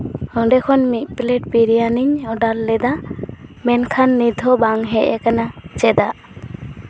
ᱚᱸᱰᱮ ᱠᱷᱚᱱ ᱢᱤᱫ ᱯᱞᱮᱴ ᱵᱤᱨᱭᱟᱱᱤᱧ ᱚᱰᱟᱨ ᱞᱮᱫᱟ ᱢᱮᱱᱠᱷᱟᱱ ᱱᱤᱛ ᱦᱚᱸ ᱵᱟᱝ ᱦᱮᱡ ᱠᱟᱱᱟ ᱪᱮᱫᱟᱜ